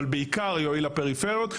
אבל בעיקר יועיל לפריפריות,